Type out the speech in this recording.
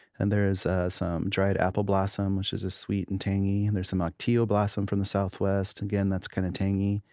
and there's some dried apple blossom, which is sweet and tangy. and there's some ocotillo blossom from the southwest. again, that's kind of tangy.